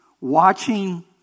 watching